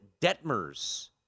Detmers